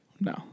No